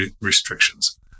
restrictions